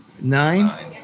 nine